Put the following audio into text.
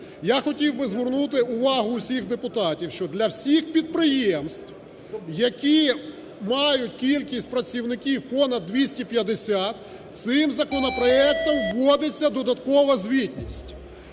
Я хотів би звернути увагу усіх депутатів, що для всіх підприємств, які мають кількість працівників понад 250, цим законопроектом вводиться додаткова звітність.